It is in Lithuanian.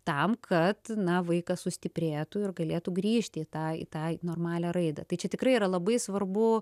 tam kad na vaikas sustiprėtų ir galėtų grįžti į tą į tą normalią raidą tai čia tikrai yra labai svarbu